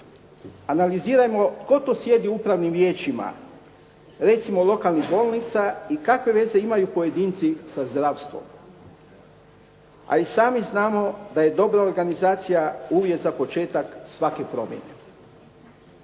Analizirajmo tko to sjedi u upravnim vijećima recimo lokalnih bolnica i kakve veze imaju pojedinci sa zdravstvom? A i sami znamo da je dobra organizacija uvjet za početak svake promjene.